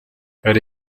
hari